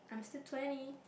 I'm still twenty